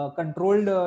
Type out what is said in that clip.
controlled